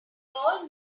all